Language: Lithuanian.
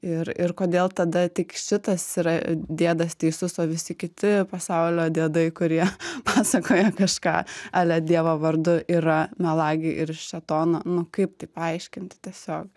ir ir kodėl tada tik šitas yra diedas teisus o visi kiti pasaulio diedai kurie pasakoja kažką ale dievo vardu yra melagiai ir šėtono nu kaip tai paaiškinti tiesiog